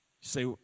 Say